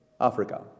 Africa